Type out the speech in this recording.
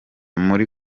muri